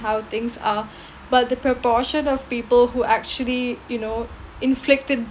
how things are but the proportion of people who actually you know inflicted